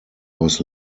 was